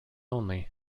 only